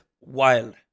wild